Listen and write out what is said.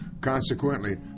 consequently